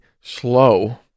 slow